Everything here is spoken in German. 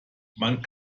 man